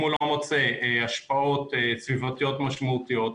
אם הוא לא מוצא השפעות סביבתיות משמעותיות,